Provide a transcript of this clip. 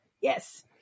yes